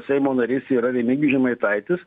seimo narys yra remigijus žemaitaitis